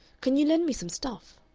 can you lend me some stuff?